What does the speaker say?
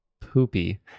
poopy